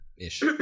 Ish